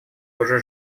уже